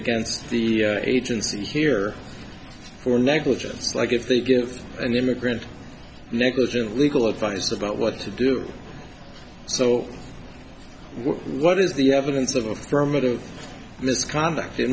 against the agency here for negligence like if they give an immigrant negligent legal advice about what to do so what is the evidence of a term of misconduct